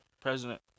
President